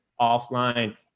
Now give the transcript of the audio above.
offline